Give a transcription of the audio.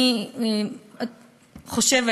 אני חושבת,